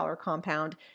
compound